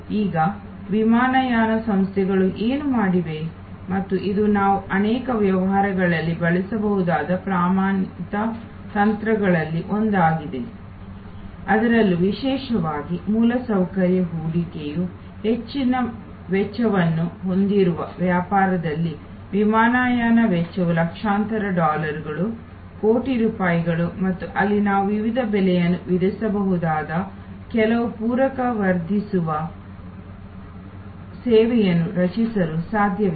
ಈಗ ವಿಮಾನಯಾನ ಸಂಸ್ಥೆಗಳು ಏನು ಮಾಡಿವೆ ಮತ್ತು ಇದು ನಾವು ಅನೇಕ ವ್ಯವಹಾರಗಳಲ್ಲಿ ಬಳಸಬಹುದಾದ ಪ್ರಮಾಣಿತ ತಂತ್ರಗಳಲ್ಲಿ ಒಂದಾಗಿದೆ ಅದರಲ್ಲೂ ವಿಶೇಷವಾಗಿ ಮೂಲಸೌಕರ್ಯ ಹೂಡಿಕೆಯು ಹೆಚ್ಚಿನ ವೆಚ್ಚವನ್ನು ಹೊಂದಿರುವ ವ್ಯಾಪಾರದಲ್ಲಿ ವಿಮಾನಯಾನ ವೆಚ್ಚವು ಲಕ್ಷಾಂತರ ಡಾಲರ್ಗಳು ಕೋಟಿ ರೂಪಾಯಿಗಳು ಮತ್ತು ಅಲ್ಲಿ ನಾವು ವಿವಿಧ ಬೆಲೆಗಳನ್ನು ವಿಧಿಸಬಹುದಾದ ಕೆಲವು ಪೂರಕ ವರ್ಧಿಸುವ ಸೇವೆಗಳನ್ನು ರಚಿಸಲು ಸಾಧ್ಯವಿದೆ